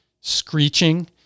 screeching